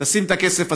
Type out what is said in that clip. תשים את הכסף הזה,